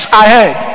ahead